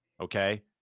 Okay